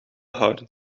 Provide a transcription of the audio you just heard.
houden